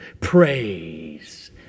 praise